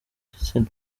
gitsina